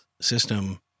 system